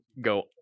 go